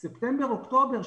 ספטמבר-אוקטובר,